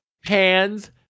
Hands